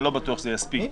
אני לא בטוח שזה יספיק.